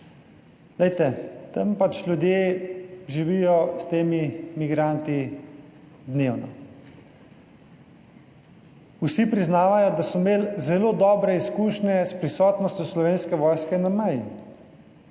tam ljudje živijo s temi migranti dnevno. Vsi priznavajo, da so imeli zelo dobre izkušnje s prisotnostjo Slovenske vojske na meji,